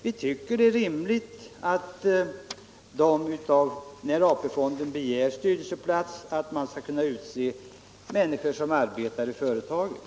Om och när AP-fonden begär en plats i styrelsen, så tycker vi det är rimligt att man utser någon som arbetar i företaget.